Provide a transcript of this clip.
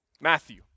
Matthew